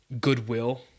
goodwill